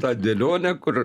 tą dėlionę kur